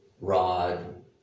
rod